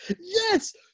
yes